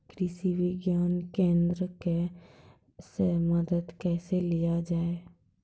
कृषि विज्ञान केन्द्रऽक से मदद कैसे लिया जाय?